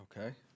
Okay